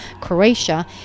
Croatia